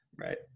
right